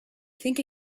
think